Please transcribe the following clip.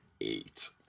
Eight